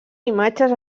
imatges